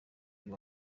uyu